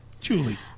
Julie